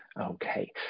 Okay